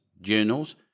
journals